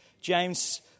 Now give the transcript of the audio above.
James